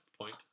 point